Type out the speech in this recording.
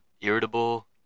irritable